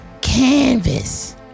Canvas